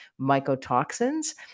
mycotoxins